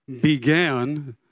began